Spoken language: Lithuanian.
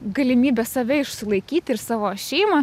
galimybė save išsilaikyti ir savo šeimą